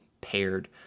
paired